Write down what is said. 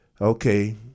Okay